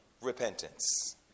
repentance